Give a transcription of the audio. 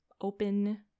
open